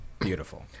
beautiful